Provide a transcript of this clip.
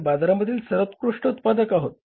आपण बाजारामधील सर्वोत्कृष्ट उत्पादक आहोत